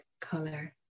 color